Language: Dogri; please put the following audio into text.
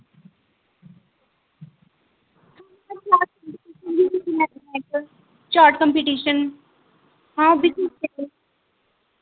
चार्ट कम्पटीशन हां ओह् बी